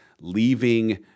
leaving